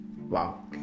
wow